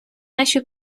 наші